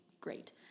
great